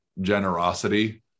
generosity